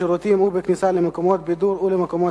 בשירותים ובכניסה למקומות בידור ולמקומות